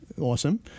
awesome